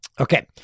Okay